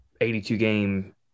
82-game